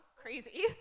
crazy